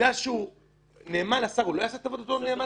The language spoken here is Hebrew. בגלל שהוא נאמן לשר, הוא לא יעשה את עבודתו נאמנה?